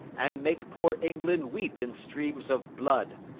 and make poor england weep in streams of blood!